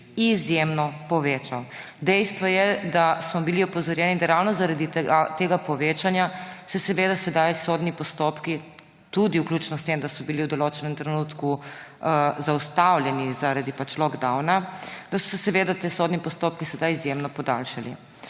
izjemno povečal. Dejstvo je, da smo bili opozorjeni, da ravno zaradi tega povečanja se seveda sedaj sodni postopki, tudi vključno s tem, da so bili v določenem trenutku zaustavljeni zaradi pač lockdowna, da so se seveda ti sodni postopki sedaj izjemno podaljšali.